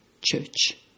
church